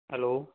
hello